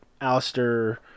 Alistair